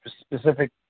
specific